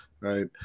right